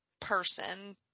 person